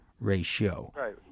ratio